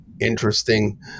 interesting